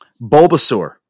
Bulbasaur